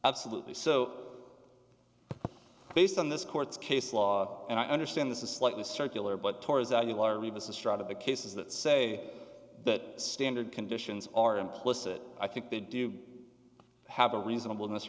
absolutely so based on this court case law and i understand this is slightly circular but tours that you are rebus astride of the cases that say that standard conditions are implicit i think they do have a reasonable miss